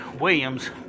Williams